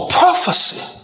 prophecy